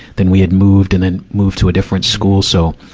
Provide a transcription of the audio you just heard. then we had moved and then moved to a different school. so,